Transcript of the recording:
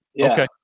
Okay